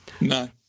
No